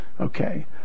Okay